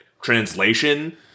translation